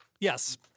Yes